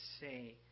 say